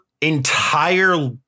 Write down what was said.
entire